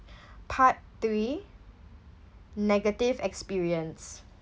part three negative experience